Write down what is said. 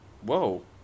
Whoa